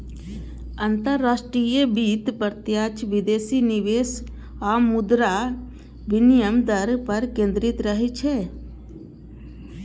अंतरराष्ट्रीय वित्त प्रत्यक्ष विदेशी निवेश आ मुद्रा विनिमय दर पर केंद्रित रहै छै